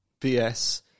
BS